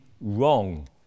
wrong